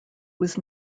was